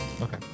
Okay